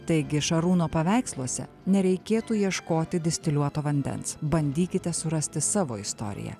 taigi šarūno paveiksluose nereikėtų ieškoti distiliuoto vandens bandykite surasti savo istoriją